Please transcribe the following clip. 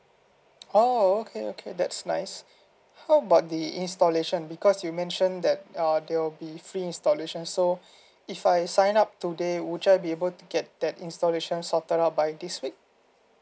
oh okay okay that's nice how about the installation because you mentioned that uh there will be free installation so if I sign up today would I be able to get that installation sorted out by this week